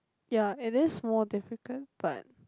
ya and that's more difficult but